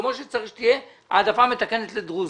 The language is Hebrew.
כמו שצריכה להיות העדפה מתקנת לדרוזים.